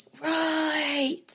Right